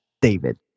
David